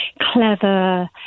clever